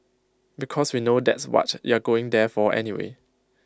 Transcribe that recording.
because we know that's what you're going there for anyway